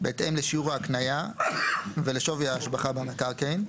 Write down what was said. בהתאם לשיעור ההקניה ולשווי ההשבחה במקרקעין,